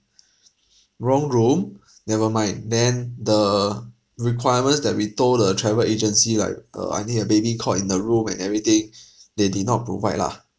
wrong room never mind then the requirements that we told the travel agency like uh I need a baby cot in the room and everything they did not provide lah